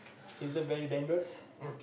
is it very dangerous